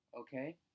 okay